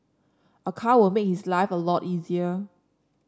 a car will make his life a lot easier